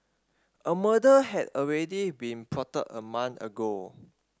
a murder had already been plotted a month ago